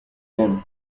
them